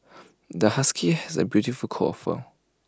the husky has A beautiful coat of fur